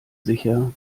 sicher